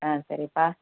ஆ சரிப்பா